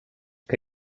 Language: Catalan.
que